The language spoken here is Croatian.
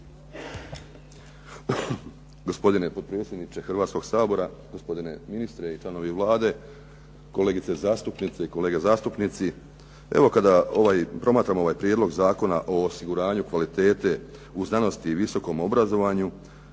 Gospodine potpredsjedniče Hrvatskog sabora, gospodine ministre i članovi Vlade, kolegice zastupnice i kolege zastupnici. Evo kada promatram ovaj Prijedlog zakona o osiguranju kvalitete u znanosti i visokom obrazovanju